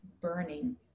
burning